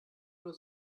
oder